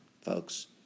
folks